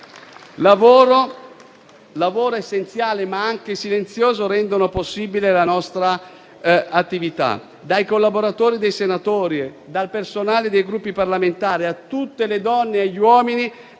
lavoro essenziale, ma anche silenzioso, rendono possibile la nostra attività, dai collaboratori dei senatori e dal personale dei Gruppi parlamentari a tutte le donne e gli uomini